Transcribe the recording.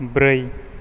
ब्रै